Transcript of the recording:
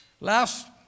Last